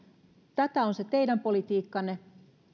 tätä on se teidän politiikkanne